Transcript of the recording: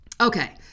Okay